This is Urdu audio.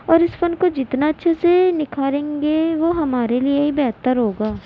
اور اس فن کو جتنا اچھے سے نکھاریں گے وہ ہمارے لیے ہی بہتر ہوگا